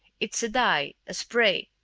it's a dye a spray.